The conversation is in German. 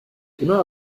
immer